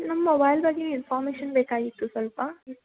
ನಮ್ಮ ಮೊಬೈಲ್ ಬಗ್ಗೆ ಇನ್ಫಾರ್ಮೇಷನ್ ಬೇಕಾಗಿತ್ತು ಸ್ವಲ್ಪ